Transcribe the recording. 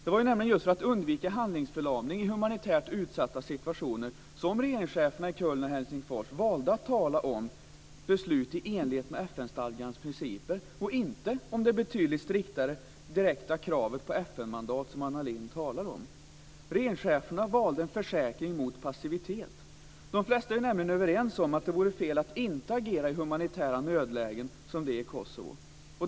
Det var nämligen just för att undvika handlingsförlamning i humanitärt utsatta situationer som regeringscheferna i Köln och i Helsingfors valde att tala om beslut i enlighet med FN-stadgans principer, och inte om det betydligt striktare direkta kravet på FN mandat som Anna Lindh talar om. Regeringscheferna valde en försäkring mot passivitet. De flesta är nämligen överens om att det vore fel att inte agera i humanitära nödlägen som det i Kosovo.